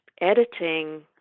editing